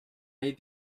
may